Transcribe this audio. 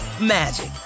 magic